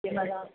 मला